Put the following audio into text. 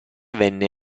venne